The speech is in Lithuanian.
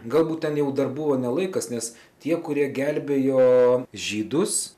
galbūt ten jau dar buvo ne laikas nes tie kurie gelbėjo žydus